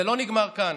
זה לא נגמר כאן.